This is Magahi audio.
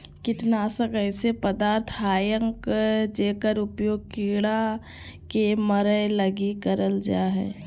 कीटनाशक ऐसे पदार्थ हइंय जेकर उपयोग कीड़ा के मरैय लगी करल जा हइ